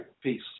Peace